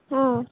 हो